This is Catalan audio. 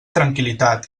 tranquil·litat